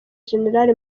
general